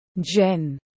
Jen